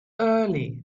early